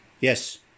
yes